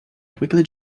quickly